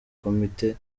komite